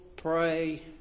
Pray